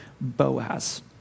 Boaz